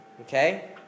okay